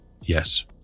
Yes